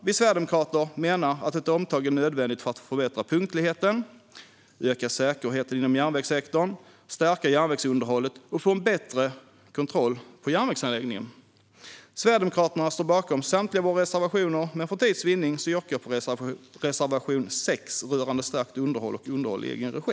Vi sverigedemokrater menar att ett omtag är nödvändigt för att förbättra punktligheten, öka säkerheten inom järnvägssektorn, stärka järnvägsunderhållet och få en bättre kontroll på järnvägsanläggningen. Sverigedemokraterna står bakom samtliga våra reservationer, men för tids vinnande yrkar jag bifall endast till reservation 6 rörande stärkt underhåll och underhåll i egen regi.